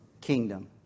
kingdom